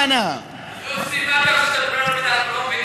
לא מבינים מה אתם אומרים,